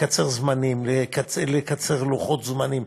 לקצר זמנים, לקצר לוחות-זמנים,